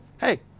hey